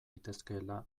litezkeela